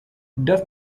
das